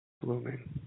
blooming